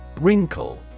Wrinkle